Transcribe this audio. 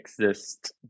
exist